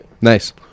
nice